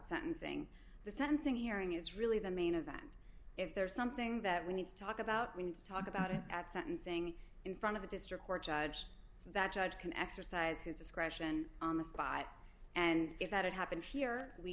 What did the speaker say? sentencing the sentencing hearing is really the main event if there is something that we need to talk about we need to talk about it at sentencing in front of the district court judge so that judge can exercise his discretion on the spot and if that happened here we